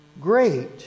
great